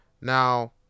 Now